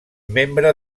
membre